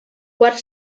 quart